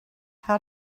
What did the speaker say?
how